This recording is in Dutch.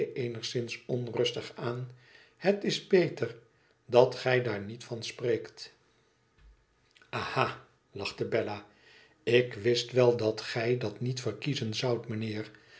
eenigszins onrustig aan het is beter dat gij daar niet van spreekt aha lachte bella ik wist wel dat gij dat niet verkiezen zoudt mijnheer